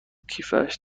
کیفش